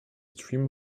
stream